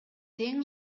тең